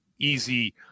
easy